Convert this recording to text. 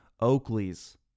Oakley's